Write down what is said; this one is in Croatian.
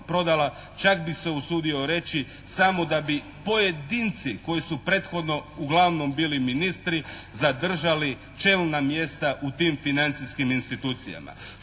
prodala čak bi se usudio reći samo da bi pojedinci koji su prethodno uglavnom bili ministri zadržali čelna mjesta u tim financijskim institucijama.